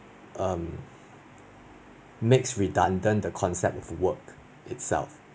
um makes redundant the concept of work itself